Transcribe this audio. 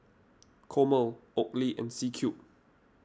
Chomel Oakley and C Cube